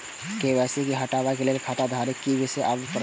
KYC हटाबै के लैल खाता धारी के भी आबे परतै?